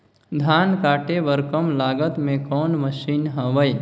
धान काटे बर कम लागत मे कौन मशीन हवय?